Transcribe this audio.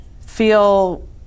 Feel